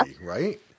Right